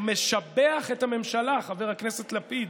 הוא משבח את הממשלה, חבר הכנסת לפיד,